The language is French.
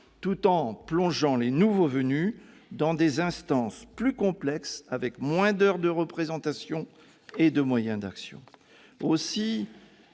tout en plongeant les nouveaux venus dans des instances plus complexes, avec moins d'heures de représentation et de moyens d'action